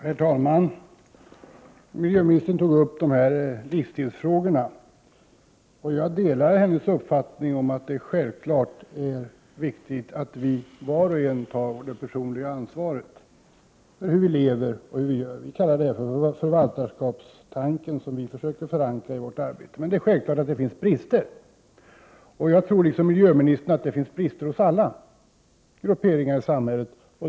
Herr talman! Miljöministern tog upp livsstilsfrågorna. Jag delar hennes uppfattning att det självfallet är viktigt att vi var och en tar ett personligt ansvar för hur vi lever och vad vi gör. Vi kallar det för förvaltarskapstanken, som vi försöker förankra i vårt arbete. Men det är självklart att det finns brister, och jag tror liksom miljöministern att det finns brister hos alla grupperingar i samhället.